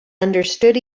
understood